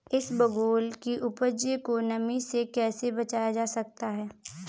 इसबगोल की उपज को नमी से कैसे बचाया जा सकता है?